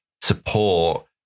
support